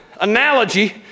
analogy